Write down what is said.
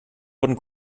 wurden